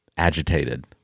agitated